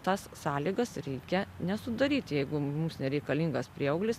tas sąlygas reikia nesudaryti jeigu mums nereikalingas prieauglis